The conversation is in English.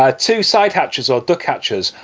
ah two side hatches or duck hatches,